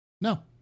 No